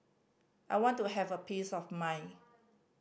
I want to have a peace of mind